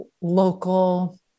local